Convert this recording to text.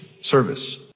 Service